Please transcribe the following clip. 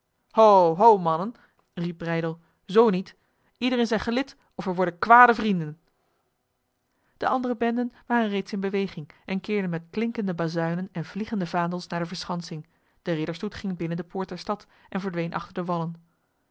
ho ho mannen riep breydel zo niet ieder in zijn gelid of wij worden kwade vrienden de andere benden waren reeds in beweging en keerden met klinkende bazuinen en vliegende vaandels naar de verschansing de ridderstoet ging binnen de poort der stad en verdween achter de wallen